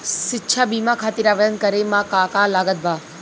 शिक्षा बीमा खातिर आवेदन करे म का का लागत बा?